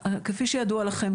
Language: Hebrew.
כפי שידוע לכם,